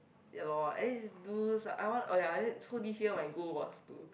ya lor I need do I want oh ya so this year my goal was to